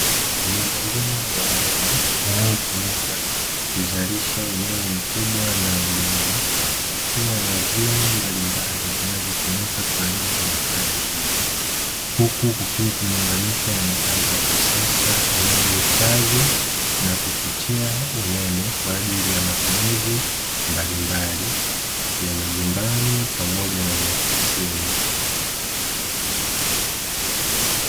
Miundo mbinu ya umeme inayotumika kuzalisha umeme mkubwa na mdogo, kukiwa na vinu mbali mbali vinavyo tumika kwa ajili ya kazi hiyo, huku ukiwa umeunganishwa na mitambo ya kisasa inayo hifadhi na ku chochea umeme kwa ajili ya matumizi mbali mbali, ya majumbani pamoja na maofisini.